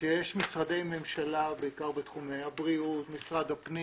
יש משרדי ממשלה, בעיקר בתחומי הבריאות, משרד הפנים